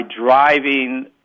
driving